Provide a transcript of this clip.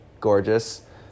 gorgeous